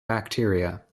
bacteria